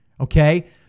okay